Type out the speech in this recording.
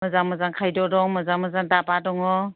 मोजां मोजां खायद्द' दं मोजां मोजां धाबा दङ